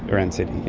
ah around sydney,